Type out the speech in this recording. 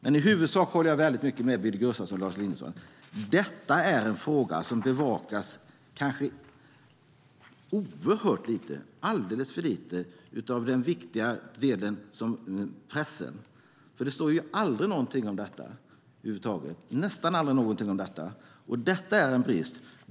I huvudsak håller jag väldigt mycket med Billy Gustafsson och Lars Elinderson. Detta är en fråga som bevakas alldeles för lite av pressen, för det står nästan aldrig någonting om detta. Detta är en brist.